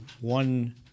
one